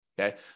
Okay